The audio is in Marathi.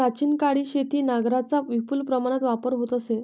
प्राचीन काळी शेतीत नांगरांचा विपुल प्रमाणात वापर होत असे